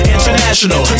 International